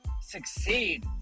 succeed